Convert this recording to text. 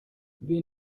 wir